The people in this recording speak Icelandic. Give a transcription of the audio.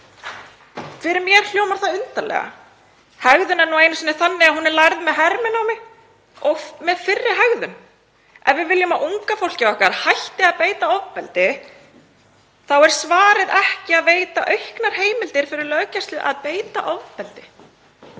Fyrir mér hljómar það undarlega. Hegðun er nú einu sinni þannig að hún er lærð með herminámi, oft með fyrri hegðun. Ef við viljum að unga fólkið okkar hætti að beita ofbeldi þá er svarið ekki að veita auknar heimildir fyrir löggæslu að beita ofbeldi.